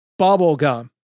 bubblegum